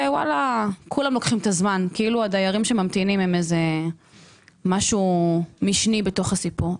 וכולם לוקחים את הזמן כאילו הדיירים שממתינים הם משהו משני בתוך הסיפור.